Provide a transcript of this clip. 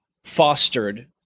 fostered